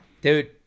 dude